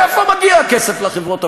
מאיפה מגיע הכסף לחברות הממשלתיות?